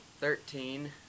thirteen